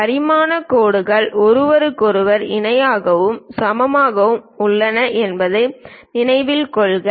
பரிமாண கோடுகள் ஒருவருக்கொருவர் இணையாகவும் சமமாகவும் உள்ளன என்பதை நினைவில் கொள்க